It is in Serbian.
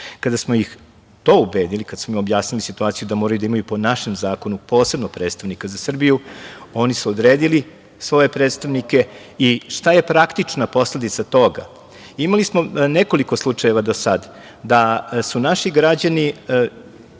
smo ih to ubedili, kada smo objasnili situaciju da moraju da imaju po našem zakonu posebno predstavnika za Srbiju, oni su odredili svoje predstavnike i šta je praktična posledica toga? Imali smo nekoliko slučajeva do sada da su naši građani,